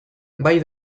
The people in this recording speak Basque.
bai